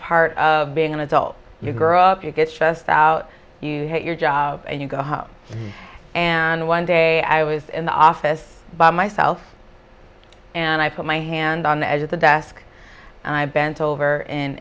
part of being an adult you grow up you get stressed out you hate your job and you go home and one day i was in the office by myself and i put my hand on the edge of the desk and i bent over in